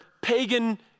pagan